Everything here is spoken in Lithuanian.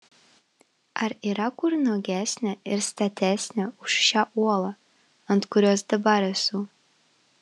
ar yra kur nuogesnė ir statesnė už šią uolą ant kurios dabar esu